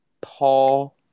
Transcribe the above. Paul